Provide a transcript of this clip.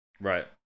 Right